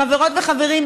חברות וחברים,